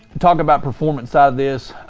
talk about performance side of this.